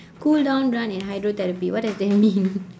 cool down run and hydrotherapy what does that mean